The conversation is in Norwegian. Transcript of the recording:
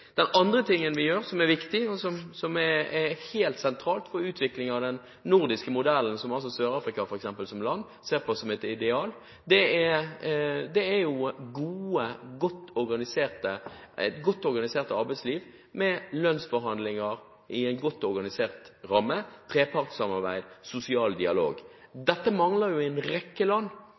Den andre tingen vi gjør som er viktig, og som er helt sentral for utviklingen av den nordiske modellen som land som Sør-Afrika ser på som et ideal, er et godt organisert arbeidsliv med lønnsforhandlinger i en godt organisert ramme, trepartssamarbeid og sosial dialog. Dette mangler jo i en rekke land.